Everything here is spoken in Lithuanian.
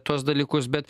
tuos dalykus bet